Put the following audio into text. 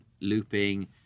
looping